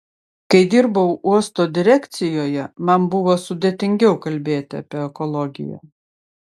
kai dirbau uosto direkcijoje man buvo sudėtingiau kalbėti apie ekologiją